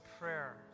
prayer